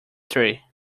three